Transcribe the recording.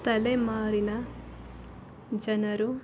ತಲೆಮಾರಿನ ಜನರು